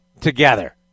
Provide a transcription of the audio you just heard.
together